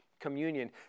communion